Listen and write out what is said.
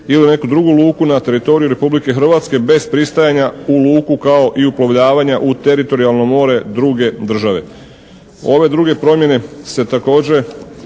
ili u neku drugu luku na teritoriju Republike Hrvatske bez pristajanja u luku kao i uplovljavanja u teritorijalno more druge države. Ove druge promjene se također